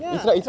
ya